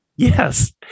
Yes